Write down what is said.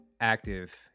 active